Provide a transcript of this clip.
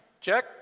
Check